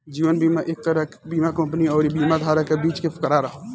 जीवन बीमा एक तरह के बीमा कंपनी अउरी बीमा धारक के बीच के करार ह